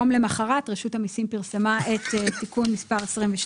יום למחרת רשות המסים פרסמה את תיקון מס' 22,